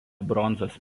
bronzos